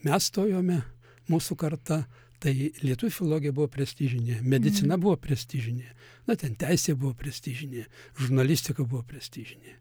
mes stojome mūsų karta tai lietuvių filologija buvo prestižinė medicina buvo prestižinė na ten teisė buvo prestižinė žurnalistika buvo prestižinė